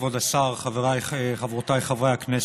כבוד השר, חבריי, חברותיי, חברי הכנסת,